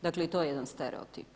Dakle i to je jedan stereotip.